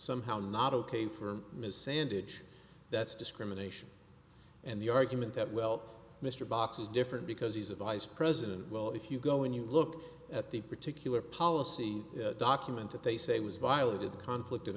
somehow not ok for his sandwich that's discrimination and the argument that well mr box is different because he's a vice president well if you go and you look at the particular policy document that they say was violated conflict of